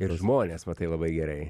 ir žmones matai labai gerai